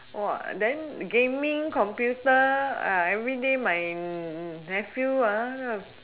then gaming computer ah everyday my nephew ah